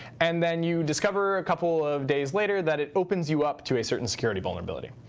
and then you discover a couple of days later that it opens you up to a certain security vulnerability.